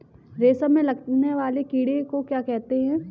रेशम में लगने वाले कीड़े को क्या कहते हैं?